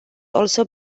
also